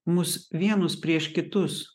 mus vienus prieš kitus